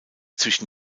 zwischen